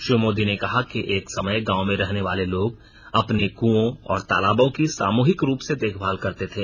श्री मोदी ने कहा कि एक समय गांव में रहने वाले लोग अपने कृंओं और तालाबों की सामूहिक रूप से देखभाल करते थे